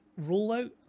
Rollout